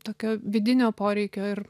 tokio vidinio poreikio ir